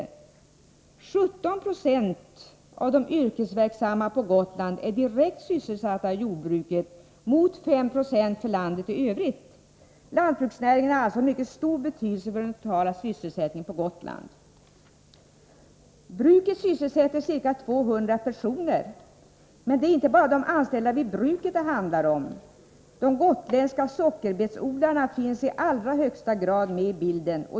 17 26 av de yrkesverksamma på Gotland är direkt sysselsatta i jordbruket mot 5 9e för landet i Övrigt. Lantbruksnäringen har alltså mycket stor betydelse för den totala sysselsättningen på Gotland. Bruket sysselsätter ca 200 personer. Det är dock inte bara de anställda vid bruket det handlar om. De gotländska sockerbetsodlarna finns i allra högsta grad medi bilden.